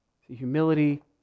Humility